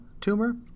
tumor